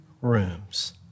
rooms